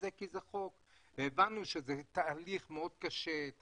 זה כי זה חוק והבנו שזה תהליך מאוד קשה אבל